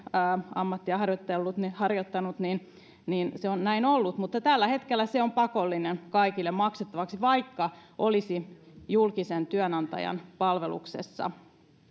ammattia harjoittanut se on näin ollut mutta tällä hetkellä se on pakollinen kaikille maksettavaksi vaikka olisi julkisen työnantajan palveluksessa